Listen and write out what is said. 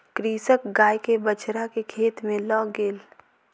कृषक गाय के बछड़ा के खेत में लअ गेल